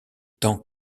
tant